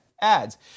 ads